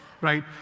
right